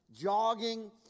jogging